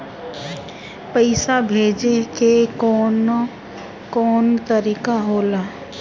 पइसा भेजे के कौन कोन तरीका होला?